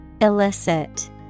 illicit